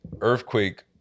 Earthquake